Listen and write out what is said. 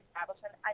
establishment